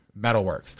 Metalworks